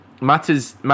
matters